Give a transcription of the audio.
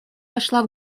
вошла